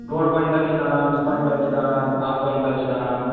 ڈۅڈ کۅینٛٹل چھُ دانٛد زٕ کۅینٹل چھِ دانٛد اَکھ کۅینٛٹل چھِ دانٛد